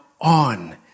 on